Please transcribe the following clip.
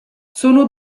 sono